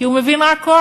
כי הוא מבין רק כוח.